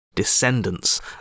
descendants